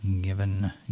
given